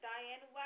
Diane